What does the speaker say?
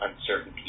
uncertainty